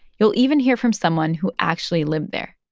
you'll even hear from someone who actually lived there.